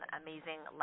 amazing